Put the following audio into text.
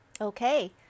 okay